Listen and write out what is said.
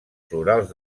florals